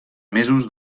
mesos